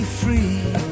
free